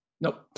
nope